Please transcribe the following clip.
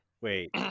Wait